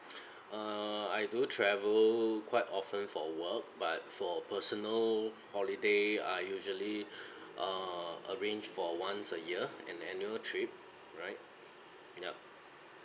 err I do travel quite often for work but for personal holiday I usually err arrange for once a year an annual trip right yup